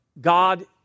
God